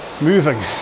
moving